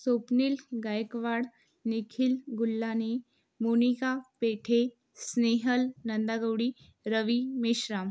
Swapnil Gaikwad Nikhil Gullane Monika Pethe Snehal Nandagoudi Ravi Meshram